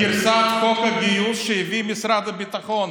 גרסת חוק הגיוס שהביא משרד הביטחון,